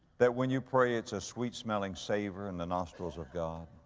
that when you pray, it's a sweet smelling savor in the nostrils of god?